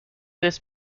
this